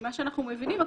ממה שאנחנו מבינים,